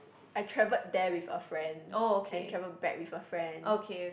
I travelled there with a friend and travelled back with a friend